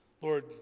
Lord